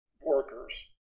workers